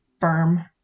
firm